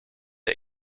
der